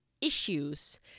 issues